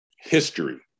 history